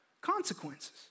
consequences